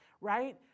right